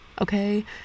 okay